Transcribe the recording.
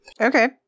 Okay